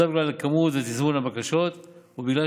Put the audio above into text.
זאת בגלל מספר הבקשות והתזמון שלהן ובגלל